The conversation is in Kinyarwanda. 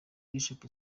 bishop